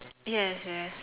yes yes